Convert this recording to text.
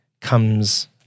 comes